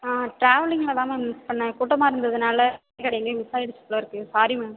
ஆ ட்ராவலிங்கில்தான் ma'am miss பண்ணிணேன் கூட்டமாக இருந்ததினால ஐடி கார்ட் எங்கேயோ மிஸ் ஆயிடுச்சு போல இருக்குது சாரி மேம்